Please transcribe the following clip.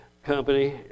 company